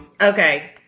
Okay